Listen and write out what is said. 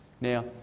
now